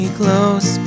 close